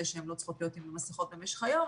שהן לא צריכות להיות עם מסכות במשך היום.